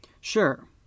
Sure